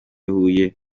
huye